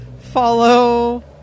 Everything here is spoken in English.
follow